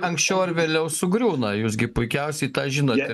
anksčiau ar vėliau sugriūna jūs gi puikiausiai tą žinote